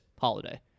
holiday